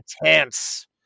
intense